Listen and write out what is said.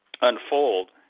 unfold